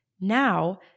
Now